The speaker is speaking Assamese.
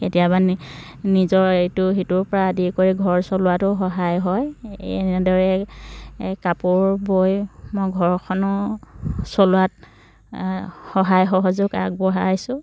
কেতিয়াবা নিজৰ ইটো সিটোৰ পৰা আদি কৰি ঘৰ চলোৱাতো সহায় হয় এনেদৰে কাপোৰ বৈ মই ঘৰখনো চলোৱাত সহায় সহযোগ আগবঢ়াইছোঁ